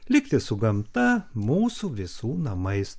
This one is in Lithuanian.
likti su gamta mūsų visų namais